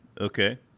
Okay